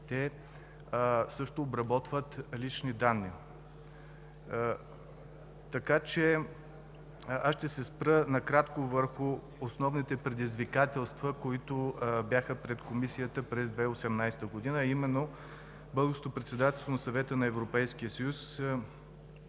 те обработват и лични данни. Аз ще се спра накратко върху основните предизвикателства, които бяха пред Комисията през 2018 г., а именно Българското председателство на Съвета на Европейския съюз